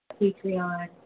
Patreon